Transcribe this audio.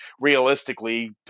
realistically